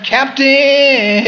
Captain